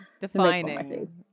Defining